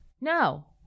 no